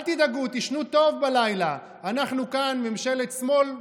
אל תדאגו, תישנו טוב בלילה, אנחנו כאן ממשלת שמאל,